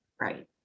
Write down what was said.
right